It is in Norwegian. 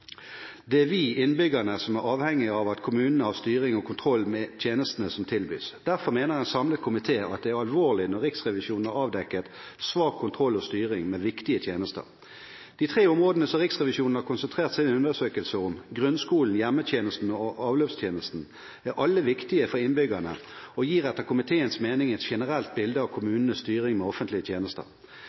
Det er vi, innbyggerne, som er avhengig av at kommunene har styring og kontroll med tjenestene som tilbys. Derfor mener en samlet komité at det er alvorlig når Riksrevisjonen har avdekket svak kontroll og styring med viktige tjenester. De tre områdene som Riksrevisjonen har konsentrert sin undersøkelse om: grunnskolen, hjemmetjenesten og avløpstjenesten, er alle viktige for innbyggerne og gir etter komiteens mening et generelt bilde av kommunenes styring med offentlige tjenester.